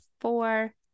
four